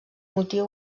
motiu